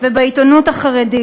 ובעיתונות החרדית,